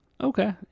Okay